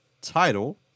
title